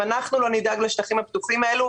אנחנו לא נדאג לשטחים הפתוחים האלה,